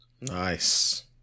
Nice